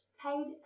paid